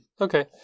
Okay